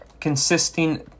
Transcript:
consisting